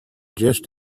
just